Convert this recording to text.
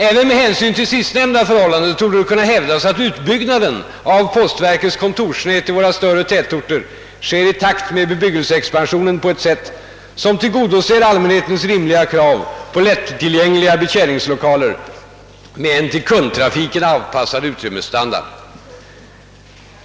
Även med hänsyn till sistnämnda förhållande torde det kunna hävdas, att utbyggnaden av postverkets kontorsnät i våra större tätorter sker i takt med bebyggelseexpansionen på ett sätt som tillgodoser allmänhetens rimliga krav på lättillgängliga betjäningslokaler med en till kundtrafiken avpassad utrymmesstandard.